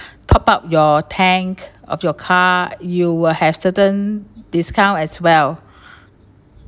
top up your tank of your car you will have certain discount as well